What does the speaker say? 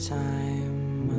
time